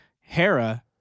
Hera